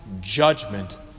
judgment